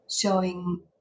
showing